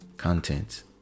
Content